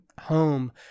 home